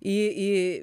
į į